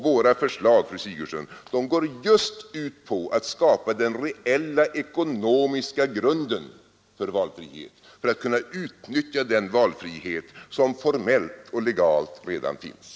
Våra förslag, fru Sigurdsen, syftar just till att skapa den reella ekonomiska grunden för valfrihet så att man skall kunna utnyttja den valfrihet som formellt och legalt redan finns.